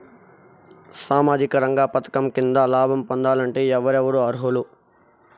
సామాజిక రంగ పథకం కింద లాభం పొందాలంటే ఎవరెవరు అర్హులు?